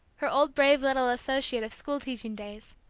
her old brave little associate of school-teaching days,